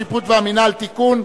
השיפוט והמינהל) (תיקון),